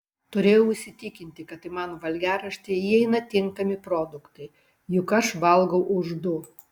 turėjau įsitikinti kad į mano valgiaraštį įeina tinkami produktai juk aš valgau už du